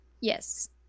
Yes